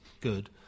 good